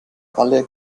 alle